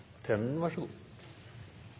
egentlig: Vær så